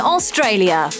Australia